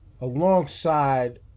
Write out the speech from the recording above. alongside